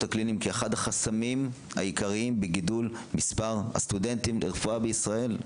הקליניים כאחד החסמים העיקריים בגידול מספר הסטודנטים לרפואה בישראל.